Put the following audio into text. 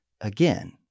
again